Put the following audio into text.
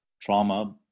trauma